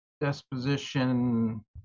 disposition